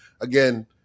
Again